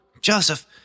Joseph